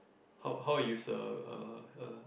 how how are you sir uh uh